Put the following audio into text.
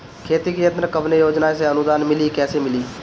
खेती के यंत्र कवने योजना से अनुदान मिली कैसे मिली?